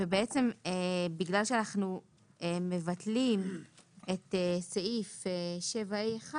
בעצם, בגלל שאנחנו מבטלים את סעיף 7ה1